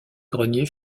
greniers